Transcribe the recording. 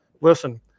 listen